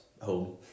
home